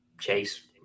Chase